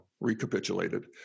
recapitulated